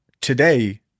Today